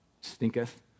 stinketh